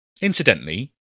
Incidentally